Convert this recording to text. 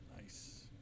Nice